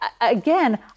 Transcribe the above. again